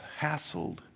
hassled